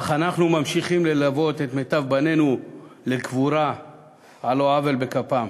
אך אנחנו ממשיכים ללוות את מיטב בנינו לקבורה על לא עוול בכפם.